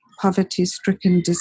poverty-stricken